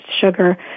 sugar